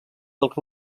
dels